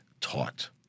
taught